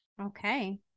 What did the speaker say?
Okay